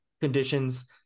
conditions